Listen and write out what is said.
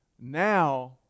Now